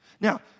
Now